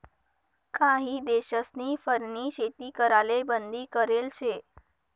काही देशस्नी फरनी शेती कराले बंदी करेल शे